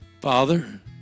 Father